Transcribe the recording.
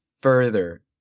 further